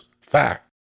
fact